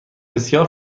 بسیار